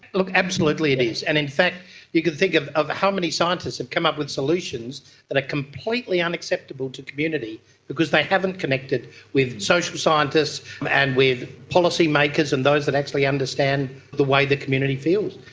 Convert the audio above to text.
look, absolutely it is, and in fact you could think of of how many scientists have come up with solutions that are completely unacceptable to community because they haven't connected with social scientists and with policy makers and those that actually understand the way the community feels.